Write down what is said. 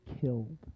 killed